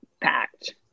packed